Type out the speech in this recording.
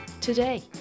Today